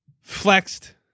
flexed